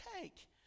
take